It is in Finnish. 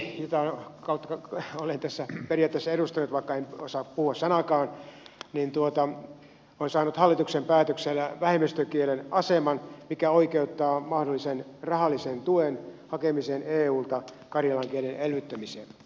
karjalan kieli jota olen tässä periaatteessa edustanut vaikka en osaa puhua sanaakaan on saanut hallituksen päätöksellä vähemmistökielen aseman mikä oikeuttaa mahdollisen rahallisen tuen hakemiseen eulta karjalan kielen elvyttämiseen